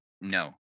No